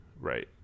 Right